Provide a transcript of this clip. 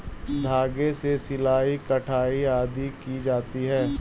धागे से सिलाई, कढ़ाई आदि की जाती है